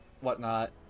whatnot